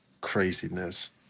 craziness